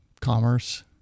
commerce